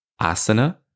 asana